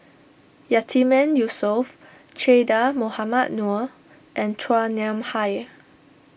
Yatiman Yusof Che Dah Mohamed Noor and Chua Nam Hai